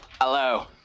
Hello